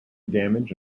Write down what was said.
damage